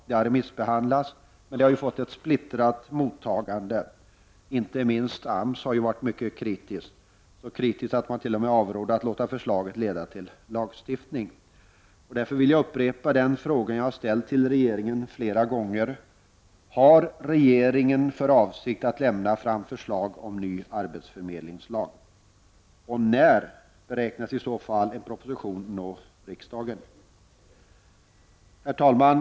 Det har remissbehandlats men fått ett splittrat mottagande. Inte minst AMS var mycket kritisk. Man var t.o.m. så kritisk att man avrådde från att låta förslaget resultera i lagstiftning. Jag vill därför upprepa den fråga som jag har ställt till regeringen flera gånger: Har regeringen för avsikt att lägga fram förslag till en ny arbetsförmedlingslag, och när beräknas i så fall en proposition nå riksdagen? Herr talman!